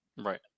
Right